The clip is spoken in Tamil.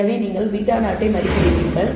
எனவே நீங்கள் β0 மதிப்பிடப்படுகிறீர்கள்